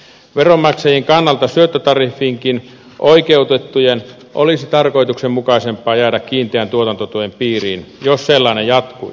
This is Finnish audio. veronmaksajien kannalta syöttötariffiinkin oikeutettujen olisi tarkoituksenmukaisempaa jäädä kiinteän tuotantotuen piiriin jos sellainen jatkuisi